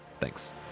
Thanks